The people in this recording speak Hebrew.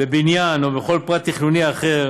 בבניין או בכל פרט תכנוני אחר,